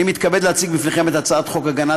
אני מתכבד להציג לפניכם את הצעת חוק הגנת